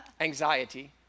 anxiety